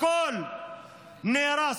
הכול נהרס.